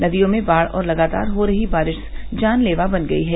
नदियों में बाढ़ और लगातार हो रही बारिश जानलेवा बन गई है